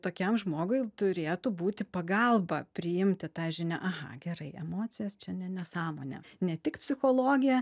tokiam žmogui turėtų būti pagalba priimti tą žinią aha gerai emocijos čia ne nesąmonė ne tik psichologija